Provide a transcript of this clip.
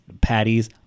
patties